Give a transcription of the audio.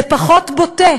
שבבריסל זה פחות בוטה,